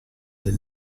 del